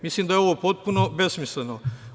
Mislim da je ovo potpuno besmisleno.